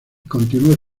continuó